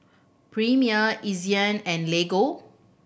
Premier Ezion and Lego